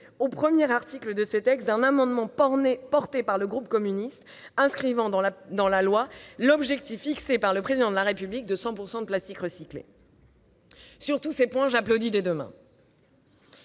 au premier article de ce texte, d'un amendement porté par le groupe communiste, visant à inscrire dans la loi l'objectif fixé par le Président de la République de 100 % de plastique recyclé. Sur tous ces points, j'applaudis des deux mains.